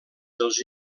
dels